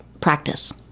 practice